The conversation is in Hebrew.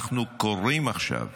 אנחנו קוראים עכשיו